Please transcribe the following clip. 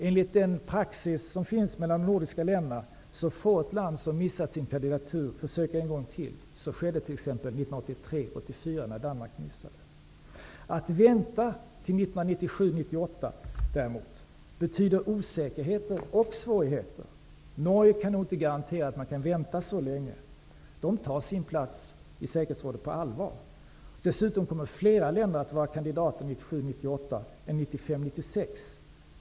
Enligt den praxis som finns mellan de nordiska länderna får ett land som missat sin kandidatur försöka en gång till. Så skedde t.ex. Att vänta till 1997--1998 innebär däremot betydande osäkerheter och svårigheter. Norge kan nog inte garantera att de kan vänta så länge. De tar sin plats i säkerhetsrådet på allvar. Dessutom kommer fler länder att kandidera 1997--1998 än 1995--1996.